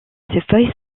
feuilles